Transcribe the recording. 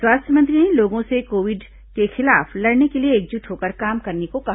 स्वास्थ्य मंत्री ने लोगों से कोविड के खिलाफ लड़ने के लिए एकजुट होकर काम करने को कहा